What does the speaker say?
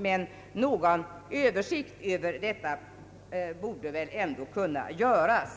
Men en översyn av möjligheterna borde väl ändå kunna göras.